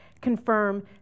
confirm